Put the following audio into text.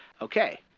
okay